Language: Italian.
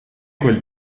quel